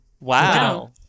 Wow